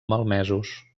malmesos